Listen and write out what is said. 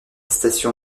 station